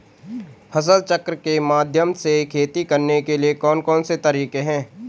फसल चक्र के माध्यम से खेती करने के लिए कौन कौन से तरीके हैं?